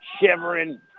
shivering